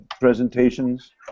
presentations